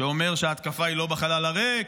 שאומר שההתקפה היא לא בחלל הריק,